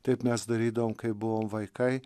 taip mes darydavom kai buvom vaikai